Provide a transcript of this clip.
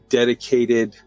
dedicated